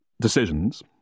decisions